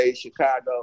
Chicago